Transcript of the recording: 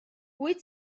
wyt